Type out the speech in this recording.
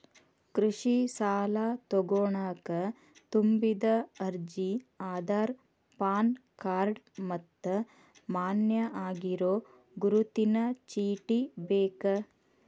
ಕೃಷಿ ಸಾಲಾ ತೊಗೋಣಕ ತುಂಬಿದ ಅರ್ಜಿ ಆಧಾರ್ ಪಾನ್ ಕಾರ್ಡ್ ಮತ್ತ ಮಾನ್ಯ ಆಗಿರೋ ಗುರುತಿನ ಚೇಟಿ ಬೇಕ